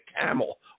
camel